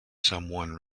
someone